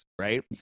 Right